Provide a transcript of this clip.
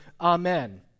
Amen